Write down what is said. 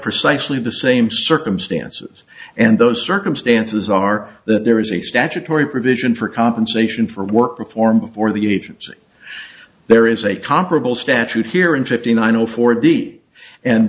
precisely the same circumstances and those circumstances are that there is a statutory provision for compensation for work performed before the agency there is a comparable statute here in fifty nine zero four deep and